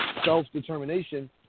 Self-determination